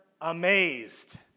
amazed